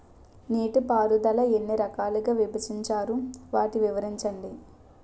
నీటిపారుదల ఎన్ని రకాలుగా విభజించారు? వాటి వివరించండి?